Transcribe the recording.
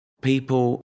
people